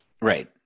Right